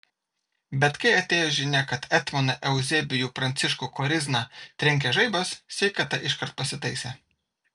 bet kai atėjo žinia kad etmoną euzebijų pranciškų korizną trenkė žaibas sveikata iškart pasitaisė